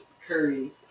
Curry